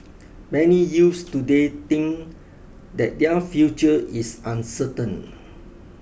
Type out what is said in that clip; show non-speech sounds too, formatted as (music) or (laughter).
many youths today think that their future is uncertain (noise)